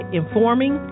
informing